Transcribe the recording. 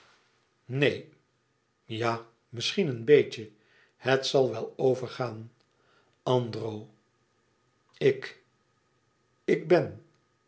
neen ja misschien een beetje het zal wel overgaan andro ik ik ben